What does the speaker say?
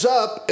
up